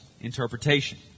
interpretation